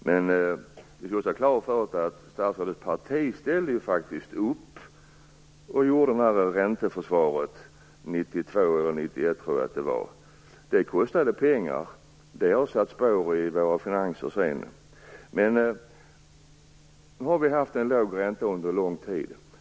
Men vi måste ha klart för oss att statsrådets parti faktiskt ställde upp och och försvarade räntan 1992, eller 1991 tror jag att det var. Det kostade pengar och det har satt spår i Sveriges finanser sedan. Nu har Sverige haft en låg ränta under en lång tid.